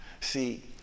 See